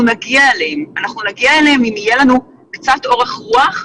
כואב לי שהרגולטורים כמו משרד הבריאות,